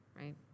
right